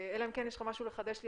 אלא אם כן, יש לך משהו לחדש לי.